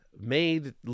made